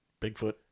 Bigfoot